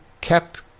kept